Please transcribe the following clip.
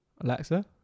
Alexa